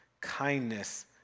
kindness